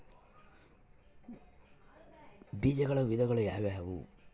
ಬೇಜಗಳ ವಿಧಗಳು ಯಾವುವು?